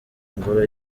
ngoro